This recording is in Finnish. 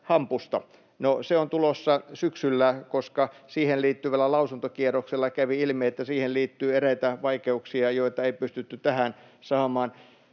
se on tulossa syksyllä, koska siihen liittyvällä lausuntokierroksella kävi ilmi, että siihen liittyy eräitä vaikeuksia, joita ei pystytty tähän saamaan.